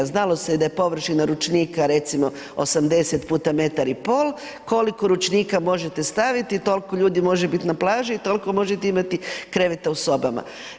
Znalo se da je površina ručnika recimo 80 puta metar i pol, koliko ručnika možete staviti toliko ljudi može biti na plaži i toliko možete imati kreveta u sobama.